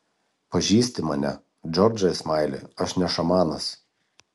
pažįsti mane džordžai smaili aš ne šamanas